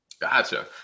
Gotcha